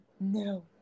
no